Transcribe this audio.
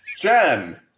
Jen